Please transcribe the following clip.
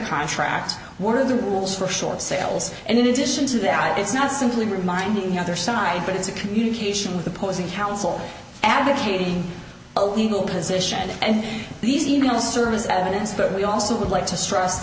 contracts were the rules for short sales and in addition to their ideas not simply reminding the other side but it's a communication with opposing counsel advocating a legal position and these e mail service evidence but we also would like to stress